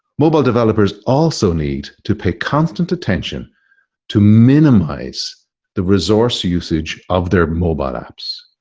mobile developers also need to pay constant attention to minimize the resource usage of their mobile apps.